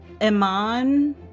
Iman